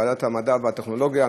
ועדת המדע והטכנולוגיה,